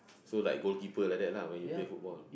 so like goalkeeper like that lah when you play football